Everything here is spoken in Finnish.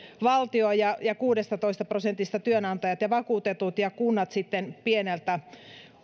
valtio ja ja kuudestatoista prosentista työnantajat ja vakuutetut sekä kunnat sitten pieneltä